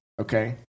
Okay